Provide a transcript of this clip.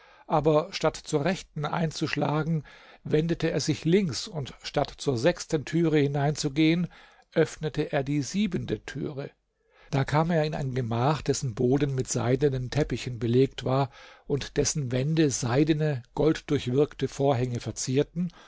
aber statt zur rechten einzuschlagen wendete er sich links und statt zur sechsten türe hineinzugehen öffnete er die siebente türe da kam er in ein gemach dessen boden mit seidenen teppichen belegt war und dessen wände seidene golddurchwirkte vorhänge verzierten